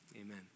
amen